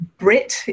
Brit